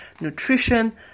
nutrition